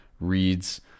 reads